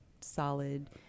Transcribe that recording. solid